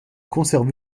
conservée